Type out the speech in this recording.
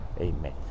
Amen